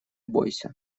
бойся